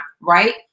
right